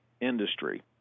industry